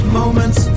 moments